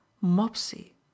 Mopsy